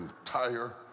entire